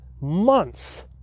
months